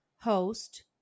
host